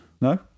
no